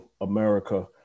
America